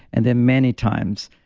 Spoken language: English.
and then many times,